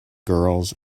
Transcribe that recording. girls